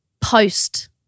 post